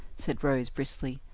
said rose briskly.